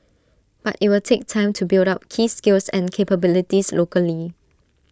but IT will take time to build up key skills and capabilities locally